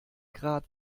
grad